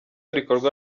rikorwa